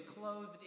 clothed